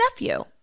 nephew